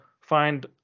find